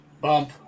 Bump